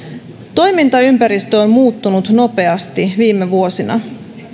toimintaympäristö on muuttunut nopeasti viime vuosina